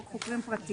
חוק חוקרים פרטיים,